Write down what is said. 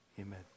amen